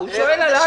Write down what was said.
הוא שואל על עכו.